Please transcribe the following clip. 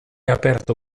aperto